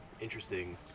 interesting